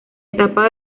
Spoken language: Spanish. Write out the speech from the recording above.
etapa